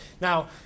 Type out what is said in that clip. Now